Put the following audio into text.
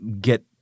get